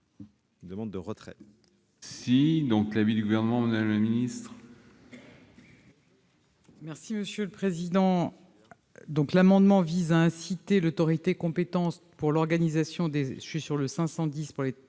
je demande le retrait